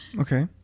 okay